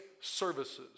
services